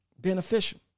beneficial